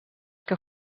que